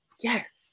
Yes